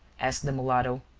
asked the mulatto.